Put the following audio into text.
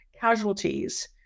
casualties